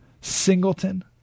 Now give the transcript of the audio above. Singleton